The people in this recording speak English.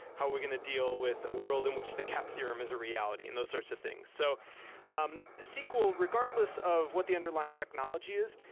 how we're going to deal with a world in which the cap theorem is a reality and those sorts of things. so um sql, regardless of what the underlying technologies,